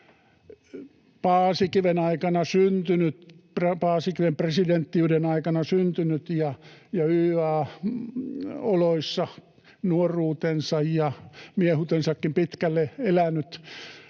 Paasikiven presidenttiyden aikana syntynyt ja YYA-oloissa nuoruutensa ja miehuutensakin pitkälle elänyt